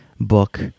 book